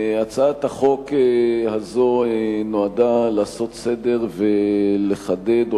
הצעת החוק הזו נועדה לעשות סדר ולחדד או